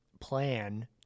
plan